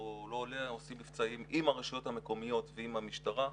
עושים מבצעים עם הרשויות המקומיות ועם המשטרה.